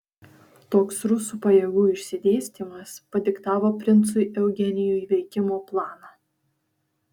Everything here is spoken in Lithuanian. toks rusų pajėgų išsidėstymas padiktavo princui eugenijui veikimo planą